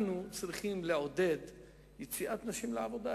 אנחנו צריכים לעודד יציאת נשים לעבודה,